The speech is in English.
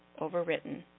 overwritten